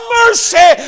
mercy